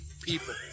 people